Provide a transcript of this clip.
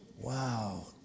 Wow